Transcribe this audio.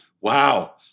wow